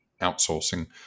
outsourcing